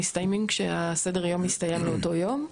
מסתיימים כשסדר היום מסתיים לאותו יום,